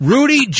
Rudy